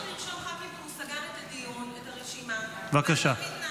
חבר הכנסת דוידסון, בבקשה.